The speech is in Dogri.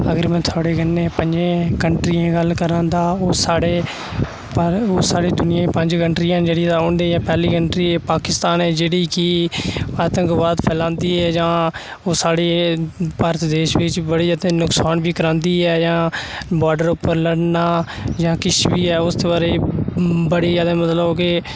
अगर में थुआढ़े कन्नै पंञें कन्ट्रियें दी गल्ल करां तां हून साढ़े हून साढ़े दूनिया ई पंज कन्ट्रियां न जेह्ड़ी होंदी पैह्ली कंट्री पाकिस्तान ऐ जेह्ड़ी की आतंकवाद फैलांदी ऐ जां ओह् साढ़े भारत देश बिच बड़ी हद्द तक नुकसान बी करांदी ऐ जां बॉर्डर उप्पर लड़ना जां किश बी ऐ उस बारे बड़ी जादै मतलब की